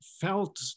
felt